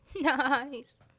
Nice